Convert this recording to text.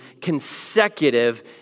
consecutive